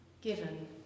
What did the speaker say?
given